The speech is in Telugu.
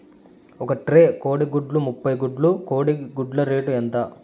ఒక ట్రే కోడిగుడ్లు ముప్పై గుడ్లు కోడి గుడ్ల రేటు ఎంత?